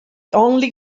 only